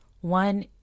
One